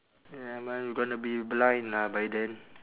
ya man you gonna be blind lah by then